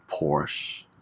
Porsche